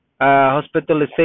hospitalization